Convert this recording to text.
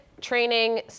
training